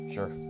Sure